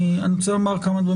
אני רוצה לומר כמה דברים